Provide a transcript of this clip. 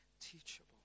teachable